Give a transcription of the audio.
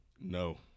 No